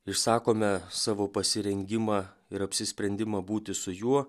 išsakome savo pasirengimą ir apsisprendimą būti su juo